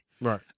Right